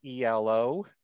ELO